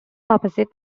opposite